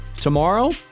tomorrow